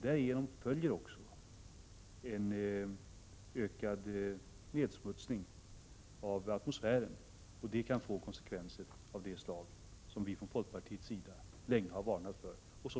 Därav följer också en ökad nedsmutsning av atmosfären, och det kan få konsekvenser av det slag som vi från folkpartiets sida länge har varnat för.